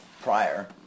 prior